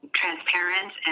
transparent